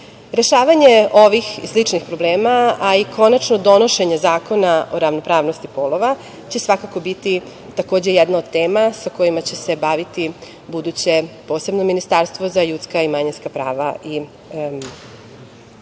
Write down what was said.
Srbiji. Rešavanje ovih i sličnih problema, a i konačno donošenje zakona o ravnopravnosti polova će svakako biti takođe jedna od tema sa kojima će se baviti buduće, posebno Ministarstvo za ljudska i manjinska prava i društveni